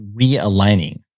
realigning